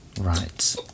Right